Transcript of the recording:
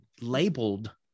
labeled